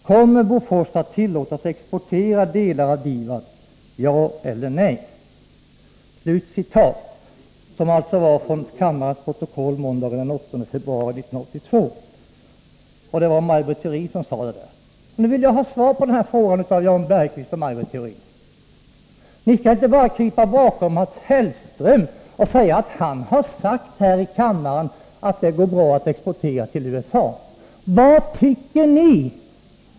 Kommer Bofors att tillåtas exportera delar till DIVAD? Ja eller nej.” Det var alltså Maj Britt Theorin som sade detta i februari 1982. Och nu vill jag ha svar från Maj Britt Theorin och Jan Bergqvist på mina frågor. Ni skall inte bara krypa bakom Mats Hellström och säga att han här i kammaren har förklarat att det går bra att exportera till USA. Vad tycker ni?